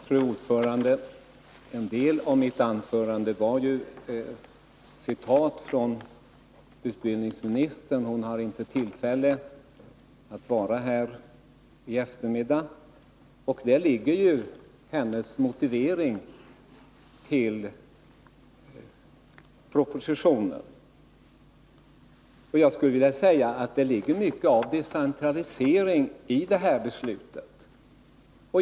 Fru talman! En del av mitt anförande var citat av utbildningsministern. Hon har inte tillfälle att vara här i eftermiddag. Däri återfanns också hennes motivering för propositionen. Det ligger mycket av decentralisering i det här förslaget.